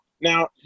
Now